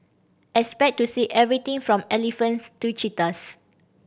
expect to see everything from elephants to cheetahs